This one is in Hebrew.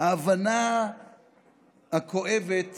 ההבנה הכואבת